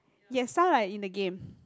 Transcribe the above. yes sound like in the game